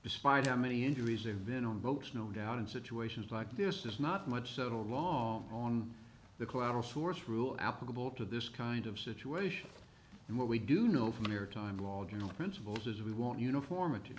despite how many injuries they've been on boats no doubt in situations like this just not much settled law on the collateral source rule applicable to this kind of situation and what we do know from your time law general principles is we want uniformity